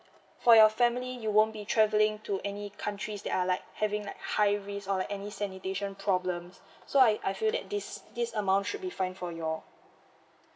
for your family you won't be travelling to any countries that are like having like high risk or any sanitation problems so I I feel that this this amount should be fine for you all